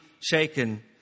shaken